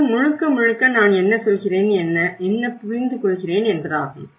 இது முழுக்க முழுக்க நான் என்ன சொல்கிறேன் என்ன புரிந்துகொள்கிறேன் என்பதாகும்